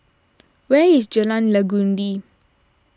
where is Jalan Legundi